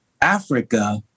Africa